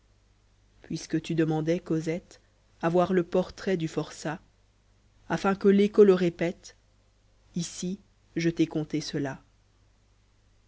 puisque lu demandais coselte a voir le portrait du forçat afin que l'écho le répète ici je t'ai conté cela